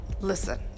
Listen